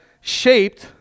shaped